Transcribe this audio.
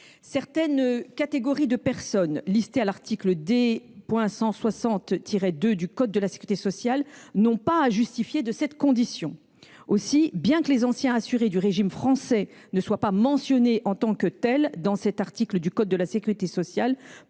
Certaines catégories de personnes listées à l’article D. 160 2 du code de la sécurité sociale n’ont pas à justifier de cette condition. Aussi, bien que les anciens assurés du régime français ne soient pas mentionnés en tant que tels dans cet article du code de la sécurité sociale,